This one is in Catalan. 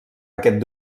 aquest